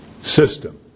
system